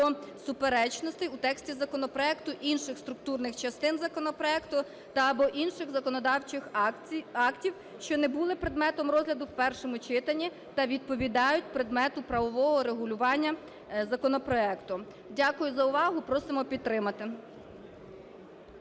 суперечностей у тексті законопроекту, інших структурних частин законопроекту та/або інших законодавчих актів, що не були предметом розгляду в першому читанні та відповідають предмету правового регулювання законопроекту. Дякую за увагу. Просимо підтримати.